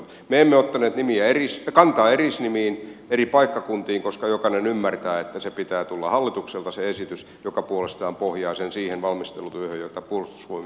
me emme ottaneet kantaa erisnimiin eri paikkakuntiin koska jokainen ymmärtää että sen esityksen pitää tulla hallitukselta joka puolestaan pohjaa sen siihen valmistelutyöhön jota puolustusvoimien piirissä on tehty